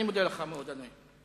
אני מודה לך מאוד, אדוני.